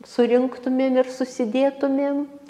surinktumėm ir susidėtumėm